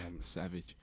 Savage